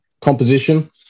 composition